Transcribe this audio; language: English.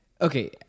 okay